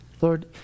Lord